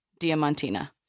Diamantina